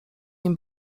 nim